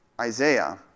Isaiah